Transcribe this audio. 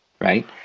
right